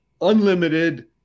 Unlimited